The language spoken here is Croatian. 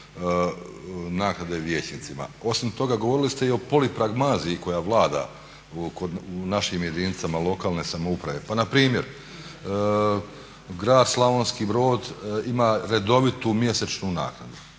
naknade vijećnicima. Osim toga govorili ste i o polipragmaziji koja vlada u našim jedinicama lokalne samouprave. Pa npr. grad Slavonski Brod ima redovitu mjesečnu naknadu